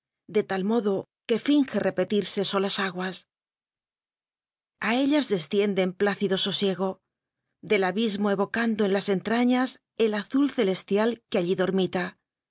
de tal modo que finge repetirse so las aguas a ellas desciende en plácido sosiego del abismo evocando en las entrañas el azul celestial que allí dormita